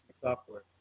software